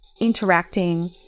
interacting